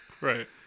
Right